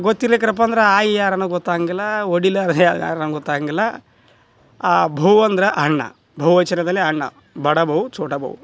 ಗೊತ್ತಿಲ್ಲಕರಪ್ಪ ಅಂದ್ರೆ ಆಯಿ ಯಾರನು ಗೊತ್ತಾಗೋಂಗಿಲ್ಲ ಓಡಿಲ ಯಾರು ಗೊತ್ತಾಗೋಂಗಿಲ್ಲ ಭಾವು ಅಂದ್ರೆ ಅಣ್ಣ ಬಹುವಚನದಲ್ಲಿ ಅಣ್ಣ ಬಡಾ ಭಾವು ಚೋಟ ಭಾವು